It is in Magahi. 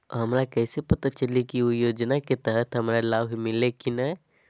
हमरा कैसे पता चली की उ योजना के तहत हमरा लाभ मिल्ले की न?